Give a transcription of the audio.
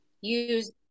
use